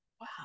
wow